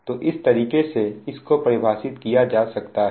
तो इस तरीके से इस को परिभाषित किया जा सकता है